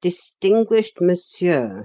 distinguished monsieur